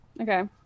Okay